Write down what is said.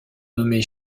nommée